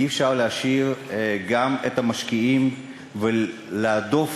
אי-אפשר להשאיר גם את המשקיעים ולהדוף